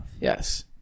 Yes